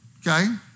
Okay